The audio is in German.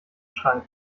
schrank